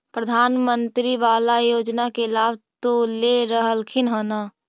प्रधानमंत्री बाला योजना के लाभ तो ले रहल्खिन ह न?